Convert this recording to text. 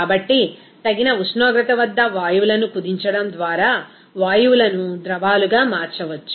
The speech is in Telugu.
కాబట్టి తగిన ఉష్ణోగ్రత వద్ద వాయువులను కుదించడం ద్వారా వాయువులను ద్రవాలుగా మార్చవచ్చు